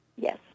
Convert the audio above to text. Yes